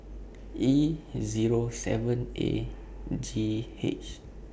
E Zero seven A G H